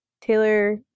taylor